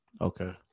Okay